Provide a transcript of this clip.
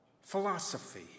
philosophy